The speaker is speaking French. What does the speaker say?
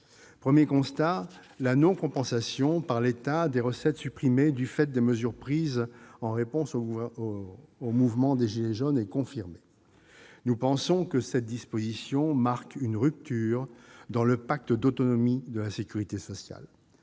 Premier constat : la non-compensation par l'État des recettes supprimées du fait des mesures prises en réponse au mouvement des « gilets jaunes » est confirmée. Nous pensons que cette disposition marque une rupture dans le pacte d'autonomie de la sécurité sociale.